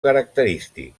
característic